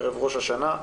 בערב ראש השנה,